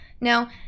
Now